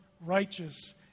righteous